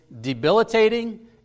debilitating